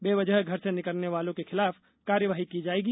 बेवजह घर से निकलने वालों के खिलाफ कार्यवाही की जायेगी